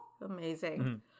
amazing